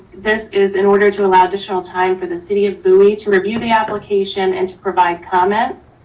this is in order to allow additional time for the city of bowie to review the application and to provide comments.